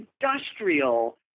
industrial